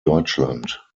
deutschland